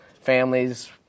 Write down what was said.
families